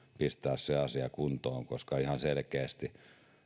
pistää se asia kuntoon koska ihan selkeästi